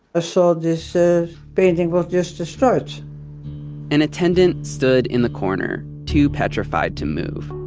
ah saw this ah painting was just destroyed an attendant stood in the corner, too petrified to move.